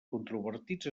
controvertits